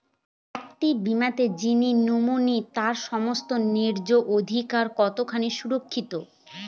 একটি বীমাতে যিনি নমিনি তার সমস্ত ন্যায্য অধিকার কতখানি সুরক্ষিত?